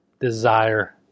desire